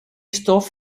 stof